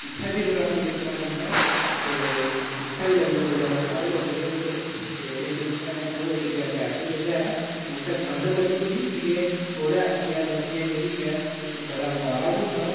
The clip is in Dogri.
ते उत्थै फिर राती रूकना पौंदा ते उत्थै बी लंगर वगैरा सारे लगे दे होंदे ते लेकिन उत्थै ऐरिया उत्थै बी इक ऐसी जगहा ऐ उत्थै ठंड बड़ी होंदी कि के ओह्दिये आखिये बखिये जेह्ड़ी ऐ ओह् बड़ा पाला बी होंदा